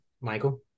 Michael